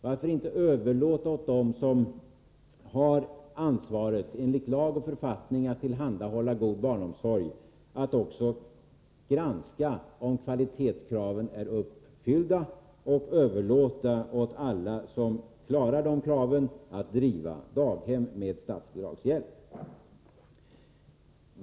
Varför inte överlåta åt dem som har en skyldighet enligt lag och författning att tillhandahålla god barnomsorg att även granska om kvalitetskraven är uppfyllda och ge alla som klarar kraven rätt att driva daghem med statsbidragshjälp?